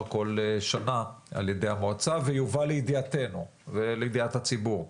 כל שנה על ידי המועצה ויובא לידיעתנו ולידיעת הציבור.